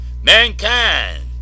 mankind